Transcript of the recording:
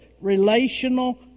relational